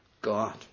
God